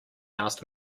asked